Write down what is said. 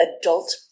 adult